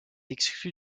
exclu